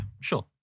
sure